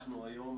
אנחנו היום